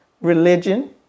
religion